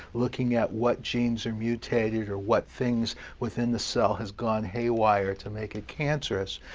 looking at what genes are mutated or what things within the cell has gone haywire to make it cancerous,